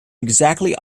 exactly